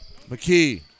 McKee